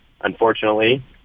unfortunately